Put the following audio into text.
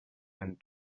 and